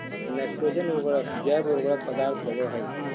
nitrogen उर्वरक जैव उर्वरक पदार्थ होबो हइ